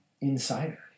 insider